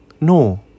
No